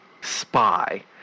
spy